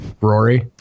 Rory